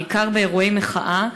בעיקר באירועי מחאה,